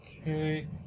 Okay